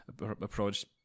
approach